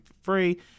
free